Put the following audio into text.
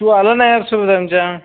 तू आला नाही सोबत आमच्या